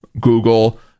Google